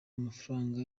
amafaranga